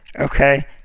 okay